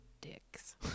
dicks